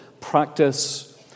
practice